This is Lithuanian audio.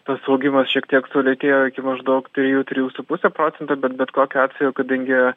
tas augimas šiek tiek sulėtėjo iki maždaug trijų trijų su puse procento bet bet kokiu atveju kadangi